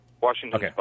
Washington